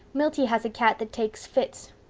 milty has a cat that takes fits.